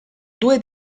due